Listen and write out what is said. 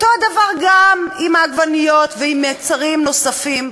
אותו דבר גם עם העגבניות ועם מוצרים נוספים.